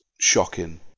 shocking